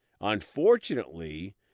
Unfortunately